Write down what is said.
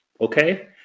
Okay